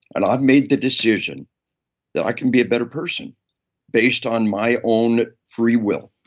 and i've made the decision that i can be a abetter person based on my own free will.